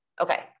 Okay